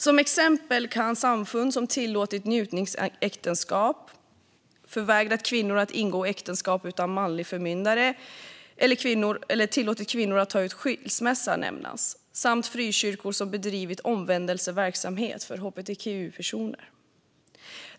Som exempel kan nämnas samfund som tillåtit njutningsäktenskap eller som förvägrat kvinnor att ingå äktenskap utan manlig förmyndare eller att ta ut skilsmässa, samt frikyrkor som bedrivit omvändelseverksamhet för hbtqi-personer.